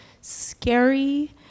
scary